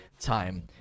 time